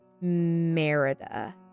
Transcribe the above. Merida